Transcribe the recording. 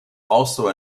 also